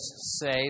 say